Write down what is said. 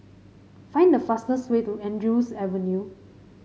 find the fastest way to Andrews Avenue